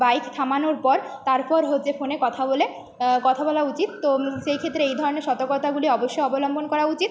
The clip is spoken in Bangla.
বাইক থামানোর পর তারপর হচ্ছে ফোনে কথা বলে কথা বলা উচিত তো সে ক্ষেত্রে এই ধরনের সতর্কতাগুলি অবশ্যই অবলম্বন করা উচিত